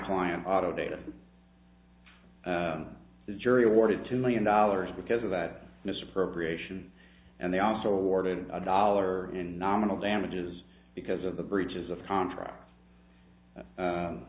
client auto data the jury awarded two million dollars because of the misappropriation and they also awarded a dollar in nominal damages because of the breaches of contract